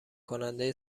کننده